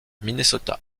minnesota